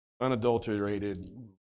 unadulterated